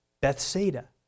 Bethsaida